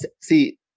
see